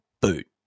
boot